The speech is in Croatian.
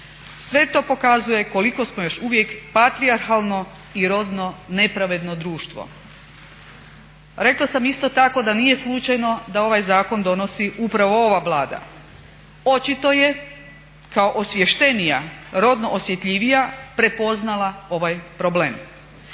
Sve to pokazuje koliko smo još uvijek patrijarhalno i rodno nepravedno društvo. Rekla sam isto tako da nije slučajno da ovaj zakon donosi upravo ova Vlada. Očito je kao osvještenija, rodno osjetljivija prepoznala ovaj problem.